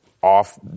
Off